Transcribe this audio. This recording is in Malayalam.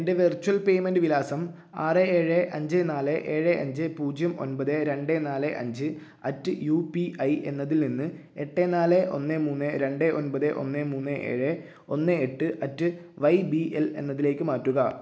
എൻ്റെ വെർച്വൽ യു പേയ്മെൻറ്റ് വിലാസം ആറ് ഏഴ് അഞ്ച് നാല് ഏഴ് അഞ്ച് പൂജ്യം ഒൻപത് രണ്ട് നാല് അഞ്ച് അറ്റ് യു പി ഐ എന്നതിൽ നിന്ന് എട്ട് നാല് ഒന്ന് മൂന്ന് രണ്ട് ഒൻപത് ഒന്ന് മൂന്ന് ഏഴ് ഒന്ന് എട്ട് അറ്റ് വൈ ബി എൽ എന്നതിലേക്ക് മാറ്റുക